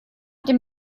dem